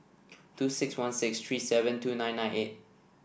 two six one six three seven two nine nine eight